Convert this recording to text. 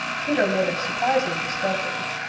peter made a surprising discovery.